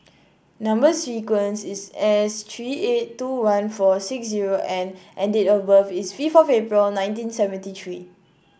number sequence is S three eight two one four six zero N and date of birth is fifth of April nineteen seventy three